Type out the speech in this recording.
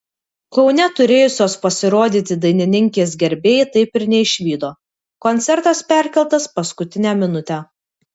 kaune turėjusios pasirodyti dainininkės gerbėjai taip ir neišvydo koncertas perkeltas paskutinę minutę